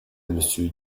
monsieur